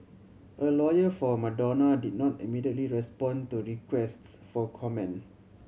a lawyer for Madonna did not immediately respond to requests for comment